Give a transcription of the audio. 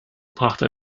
brachte